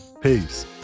Peace